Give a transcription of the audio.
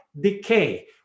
decay